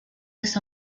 esa